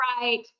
right